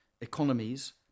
economies